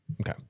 Okay